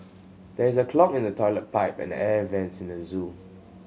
there is a clog in the toilet pipe and the air vents in the zoo